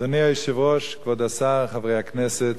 אדוני היושב-ראש, כבוד השר, חברי הכנסת,